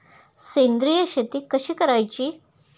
सेंद्रिय शेती कशी करायची?